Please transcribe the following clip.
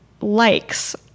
likes